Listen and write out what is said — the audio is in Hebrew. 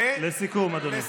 לסיכום, אדוני.